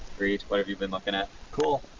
reed, what have you been looking at? cool.